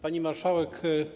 Pani Marszałek!